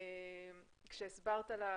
כשהסברת על